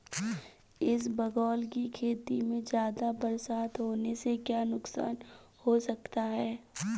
इसबगोल की खेती में ज़्यादा बरसात होने से क्या नुकसान हो सकता है?